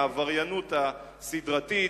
העבריינות הסדרתית.